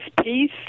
peace